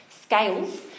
scales